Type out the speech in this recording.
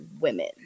women